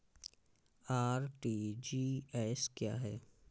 RTGS क्या है?